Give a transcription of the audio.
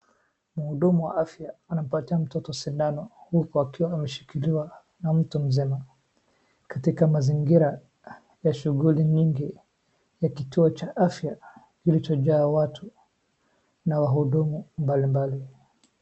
Muhudumu wa afya anampatia mtoto sindano huku akiwa ameshikiliwa na mtu mzima katika mazingira ya shughuli nyingi ya kituo cha afya kilichojaa watu na wahudumu mbalimbali.